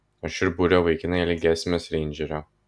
aš ir būrio vaikinai ilgėsimės reindžerio